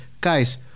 Guys